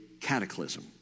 cataclysm